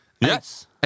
Yes